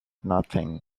nothing